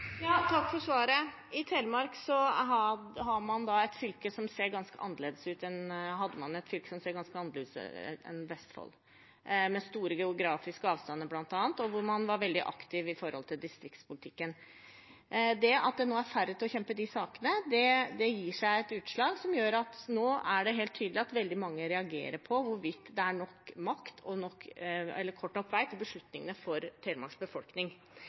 Takk for svaret. I Telemark hadde man et fylke som ser ganske annerledes ut enn Vestfold, bl.a. med store geografiske avstander og hvor man var veldig aktiv i distriktspolitikken. Det at det nå er færre til å kjempe for de sakene, gir et utslag som gjør at det nå er helt tydelig at veldig mange reagerer på hvorvidt det er nok makt eller kort nok vei til beslutningene for Telemarks befolkning.